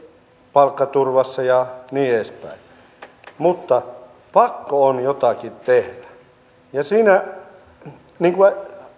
palkkaturvassa ja niin edespäin mutta pakko on jotakin tehdä ja niin kuin